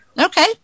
Okay